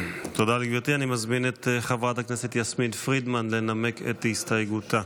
אני מזמין את חברת הכנסת יסמין פרידמן לנמק את הסתייגותה.